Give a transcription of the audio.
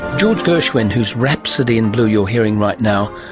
george gershwin, whose rhapsody in blue you're hearing right now,